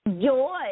Joy